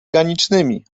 ganicznymi